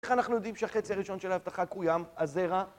איך אנחנו יודעים שהחצי הראשון של ההבטחה קויים? הזרע?